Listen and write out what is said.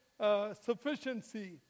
sufficiency